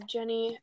Jenny